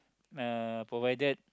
uh provided